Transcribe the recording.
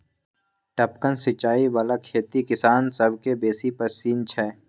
टपकन सिचाई बला खेती किसान सभकेँ बेस पसिन छै